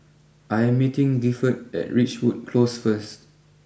I am meeting Gifford at Ridgewood close first